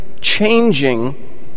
changing